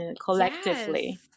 collectively